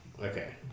okay